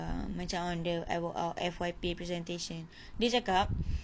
uhh macam on the our F_Y_P presentation dia cakap